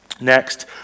Next